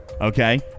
Okay